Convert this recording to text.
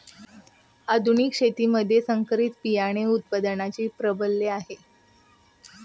आधुनिक शेतीमध्ये संकरित बियाणे उत्पादनाचे प्राबल्य आहे